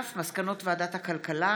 מאת חבר הכנסת יעקב מרגי,